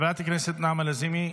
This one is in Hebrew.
חברת הכנסת נעמה לזימי,